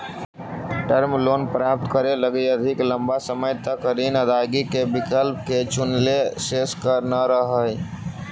term loan प्राप्त करे लगी अधिक लंबा समय तक ऋण अदायगी के विकल्प के चुनेला शेष कर न रहऽ हई